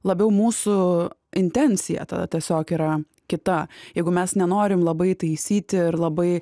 labiau mūsų intencija tada tiesiog yra kita jeigu mes nenorim labai taisyti ir labai